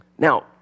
Now